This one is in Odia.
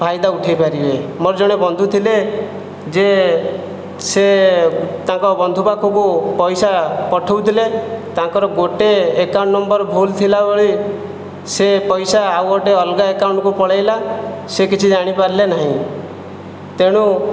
ଫାଇଦା ଉଠାଇ ପାରିବେ ମୋର ଜଣେ ବନ୍ଧୁ ଥିଲେ ଯେ ସେ ତାଙ୍କ ବନ୍ଧୁ ପାଖକୁ ପଇସା ପଠାଉଥିଲେ ତାଙ୍କର ଗୋଟିଏ ଆକାଉଣ୍ଟ ନମ୍ୱର ଭୁଲ୍ ଥିଲା ବେଳେ ସେ ପଇସା ଆଉ ଗୋଟିଏ ଅଲଗା ଆକାଉଣ୍ଟକୁ ପଳାଇଲା ସେ କିଛି ଜାଣି ପାରିଲେ ନାହିଁ ତେଣୁ